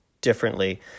differently